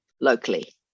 locally